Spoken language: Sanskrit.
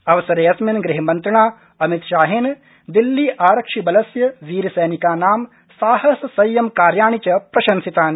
अवसरे अस्मिन् गृहमन्त्रिणा अमित अशाहेन दिल्ली आरक्षिबलस्य वीरसैनिकानां साहस संयम कार्याणि च प्रशंसितानि